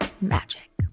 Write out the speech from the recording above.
magic